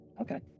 Okay